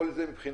כל זה מבחינתנו,